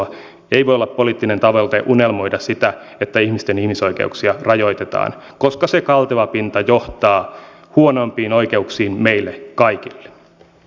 ei voi olla poliittinen tavoite unelmoida siitä että ihmisten ihmisoikeuksia rajoitetaan koska se kalteva pintaa johtaa huonompiin oikeuksiin meille kaikille